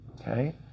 Okay